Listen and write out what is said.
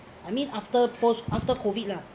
I mean after post after COVID lah